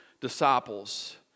disciples